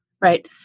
right